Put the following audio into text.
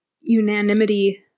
unanimity